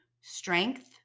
strength